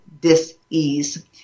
dis-ease